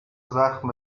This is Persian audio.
زخم